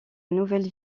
nouvelle